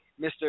Mr